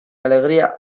alegría